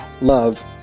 love